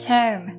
Term